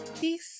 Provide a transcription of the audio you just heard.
peace